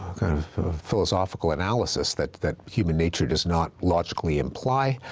kind of philosophical analysis that that human nature does not logically imply